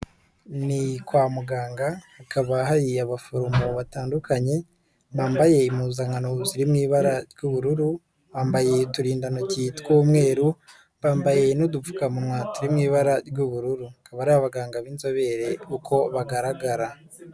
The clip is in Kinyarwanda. Ni kwa muganga hakaba hari abaforomo batandukanye bambaye impuzankano ziri mu ibara ry'ubururu, bambaye uturindantoki tw'umweru, bambaye n'udupfukamunwa turi mu ibara ry'ubururu, bakaba ari abaganga b'inzobere uko bagaragara.